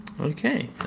Okay